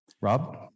Rob